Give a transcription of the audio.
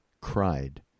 cried